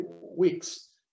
weeks